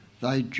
Thy